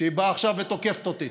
שהיא באה עכשיו ותוקפת אותי?